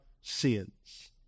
sins